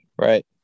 Right